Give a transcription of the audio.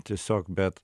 tiesiog bet